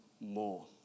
more